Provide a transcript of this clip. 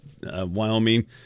Wyoming